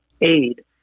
aid